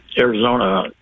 Arizona